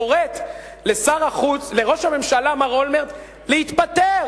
קוראת לראש הממשלה מר אולמרט להתפטר.